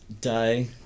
die